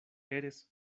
eres